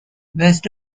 west